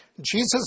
Jesus